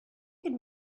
could